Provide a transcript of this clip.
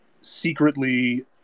secretly